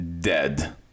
Dead